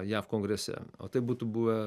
jav kongrese o tai būtų buvę